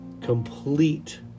complete